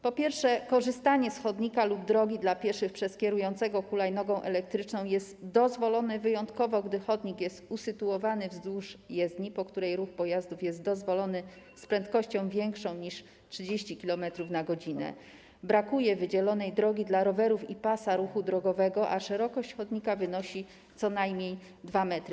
Po pierwsze, korzystanie z chodnika lub drogi dla pieszych przez kierującego hulajnogą elektryczną jest dozwolone wyjątkowo, gdy chodnik jest usytuowany wzdłuż jezdni, po której ruch pojazdów jest dozwolony z prędkością większą niż 30 km/h, brakuje wydzielonej drogi dla rowerów i pasa ruchu drogowego, a szerokość chodnika wynosi co najmniej 2 m.